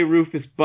Rufus